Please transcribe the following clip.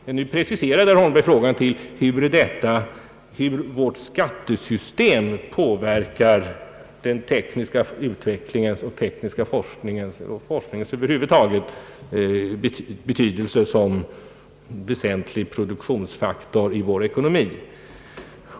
Herr Holmberg preciserade frågan till hur vårt skattesystem påverkar den tekniska utvecklingen och den tekniska forskningen samt över huvud taget forskningens betydelse som väsentlig produktionsfaktor i vår ekonomi.